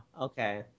Okay